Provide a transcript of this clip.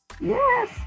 Yes